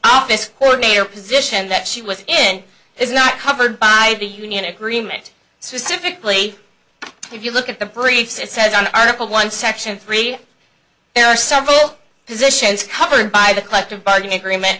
your position that she was in is not covered by the union agreement specifically if you look at the briefs it says on article one section three there are several positions covered by the collective bargaining agreement